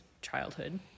childhood